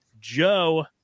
Joe